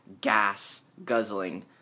gas-guzzling